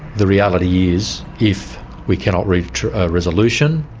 the reality is if we cannot reach resolution